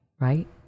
right